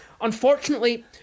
unfortunately